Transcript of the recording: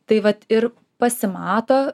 tai vat ir pasimato